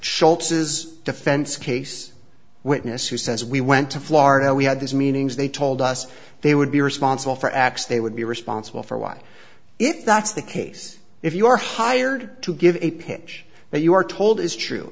is defense case witness who says we went to florida we had these meetings they told us they would be responsible for x they would be responsible for why if that's the case if you are hired to give a pitch that you are told is true